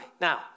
Now